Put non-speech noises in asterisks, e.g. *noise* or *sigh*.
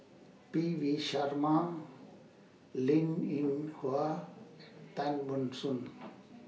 P V Sharma Linn in Hua *noise* Tan Ban Soon